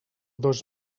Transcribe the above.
dos